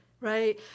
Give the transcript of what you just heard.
Right